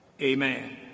Amen